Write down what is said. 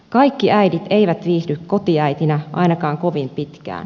kaikki äidit eivät viihdy kotiäitinä ainakaan kovin pitkään